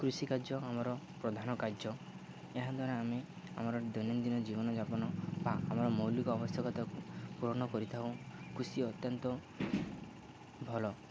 କୃଷିିକାର୍ଯ୍ୟ ଆମର ପ୍ରଧାନ କାର୍ଯ୍ୟ ଏହାଦ୍ଵାରା ଆମେ ଆମର ଦୈନନ୍ଦିନ ଜୀବନଯାପନ ବା ଆମର ମୌଲିକ ଆବଶ୍ୟକତାକୁ ପୂରନ କରିଥାଉ କୃଷି ଅତ୍ୟନ୍ତ ଭଲ